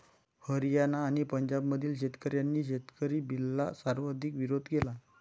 हरियाणा आणि पंजाबमधील शेतकऱ्यांनी शेतकरी बिलला सर्वाधिक विरोध केला